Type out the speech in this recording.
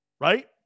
right